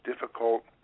difficult